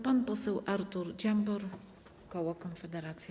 Pan poseł Artur Dziambor, koło Konfederacja.